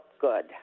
good